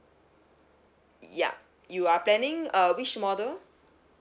yup you are planning uh which model